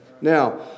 Now